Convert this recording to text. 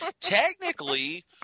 technically